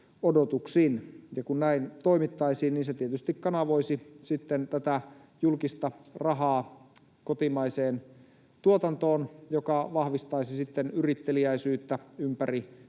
kun näin toimittaisiin, niin se tietysti kanavoisi sitten tätä julkista rahaa kotimaiseen tuotantoon, joka vahvistaisi sitten yritteliäisyyttä ympäri maan